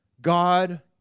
God